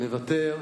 מוותר.